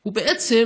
הוא בעצם,